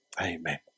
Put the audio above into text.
Amen